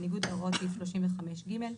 בניגוד להוראות סעיף 35(ג).